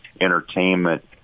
entertainment